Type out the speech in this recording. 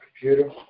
computer